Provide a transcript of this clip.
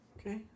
Okay